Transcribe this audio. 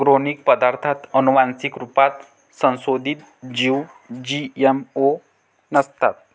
organic पदार्ताथ आनुवान्सिक रुपात संसोधीत जीव जी.एम.ओ नसतात